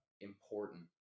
important